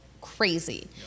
crazy